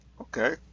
Okay